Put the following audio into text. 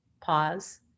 pause